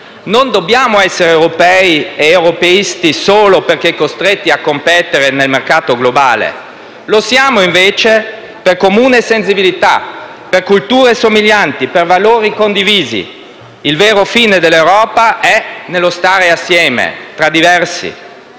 non dobbiamo essere europei e europeisti solo perché costretti a competere nel mercato globale, lo siamo, invece, per comune sensibilità, per culture somiglianti, per valori condivisi; il vero fine dell'Europa è nello stare assieme tra diversi;